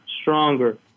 stronger